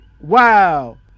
wow